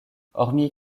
hormis